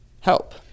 help